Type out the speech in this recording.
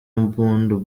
mpundu